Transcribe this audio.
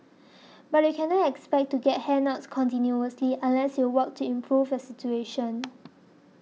but you cannot expect to get handouts continuously unless you work to improve your situation